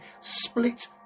split